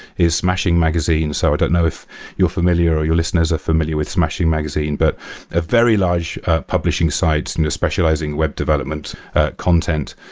is smashing magazines. so i don't know if you're familiar or your listeners are familiar with smashing magazine, but a very large publishing sites and specializing web development content.